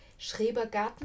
schrebergarten